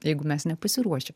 jeigu mes nepasiruošę